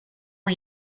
are